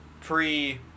pre